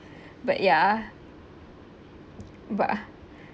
but ya but ah